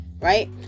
Right